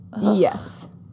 Yes